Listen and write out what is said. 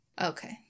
Okay